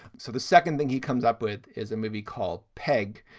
so the second thing he comes up with is a movie called peg,